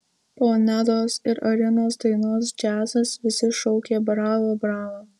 po nedos ir arinos dainos džiazas visi šaukė bravo bravo